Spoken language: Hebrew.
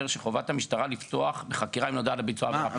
שחובת המשטרה לפתוח בחקירה אם נודע לה על ביצוע עבירה.